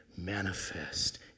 Manifest